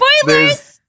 spoilers